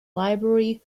library